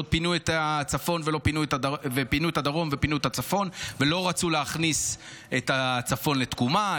כשעוד פינו את הדרום ופינוי את הצפון ולא רצו להכניס את הצפון לתקומה.